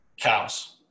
cows